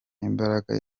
imbaraga